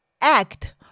act